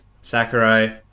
Sakurai